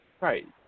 Right